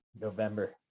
November